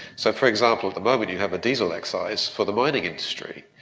so for example at the moment you have a diesel excise for the mining industry.